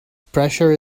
pressure